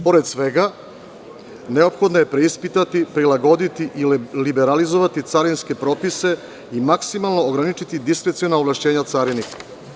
Pored svega, neophodno je preispitati, prilagoditi i liberalizovati carinske propise i maksimalno ograničiti diskreciona ovlašćenja o carini.